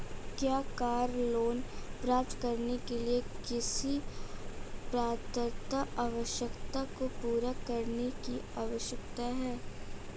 क्या car loan प्राप्त करने के लिए किसी पात्रता आवश्यकता को पूरा करने की आवश्यकता है?